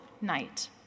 night